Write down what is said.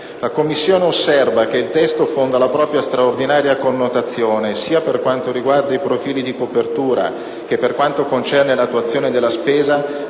La Commissione osserva che il testo fonda la propria straordinaria connotazione, sia per quanto riguarda i profili di copertura che per quanto concerne l'attuazione della spesa